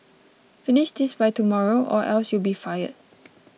finish this by tomorrow or else you'll be fired